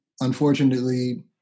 unfortunately